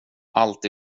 allt